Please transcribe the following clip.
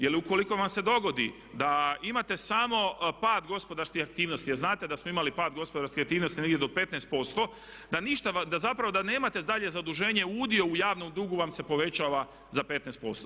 Jer ukoliko vam se dogodi da imate samo pad gospodarskih aktivnosti, a znate da smo imali pad gospodarskih aktivnosti negdje do 15%, da zapravo nemate dalje zaduženje, udio u javnom dugu vam se povećava za 15%